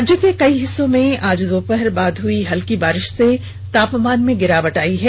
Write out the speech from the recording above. राज्य के कई हिस्सों में आज दोपहर बाद हुई हल्की बारिष से तापमान में गिरावट दर्ज की गयी है